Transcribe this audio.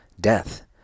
death